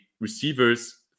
receiver's